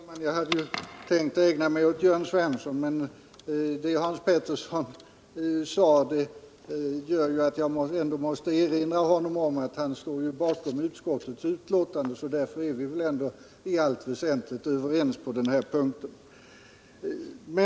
Herr talman! Jag hade tänkt ägna min replik åt Jörn Svensson, men Hans Peterssons uttalande gör att jag ändå måste erinra honom om att han står bakom utskottets hemställan. Därför är vi väl ändå i allt väsentligt överens på den här punkten.